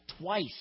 twice